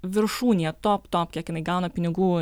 viršūnėje top top kiek jinai gauna pinigų